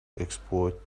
exploit